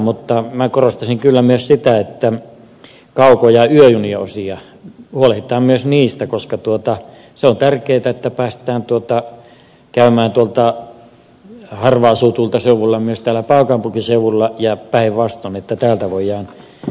mutta minä korostaisin kyllä myös sitä että kauko ja yöju nien osista huolehditaan myös koska on tärkeätä että päästään käymään harvaan asutuilta seuduilta myös täällä pääkaupunkiseudulla ja päinvastoin että täältä voidaan liikennöidä sinne